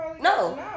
No